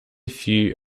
few